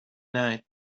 night